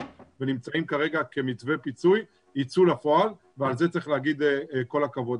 ונמצאים כרגע כמתווה פיצוי ייצאו לפועל ועל זה צריך להגיד כל הכבוד.